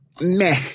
meh